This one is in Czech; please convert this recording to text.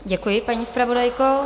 Děkuji, paní zpravodajko.